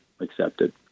accepted